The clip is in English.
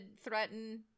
threaten